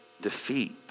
defeat